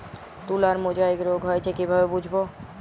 তুলার মোজাইক রোগ হয়েছে কিভাবে বুঝবো?